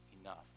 enough